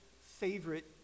favorite